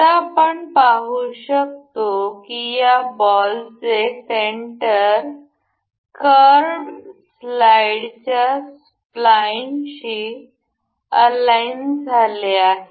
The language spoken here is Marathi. आता आपण पाहु शकतो की या बॉलचे सेंटर कर्वड स्लाईडच्या स्पालाईनशी अलाइन झाले आहे